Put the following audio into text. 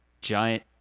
giant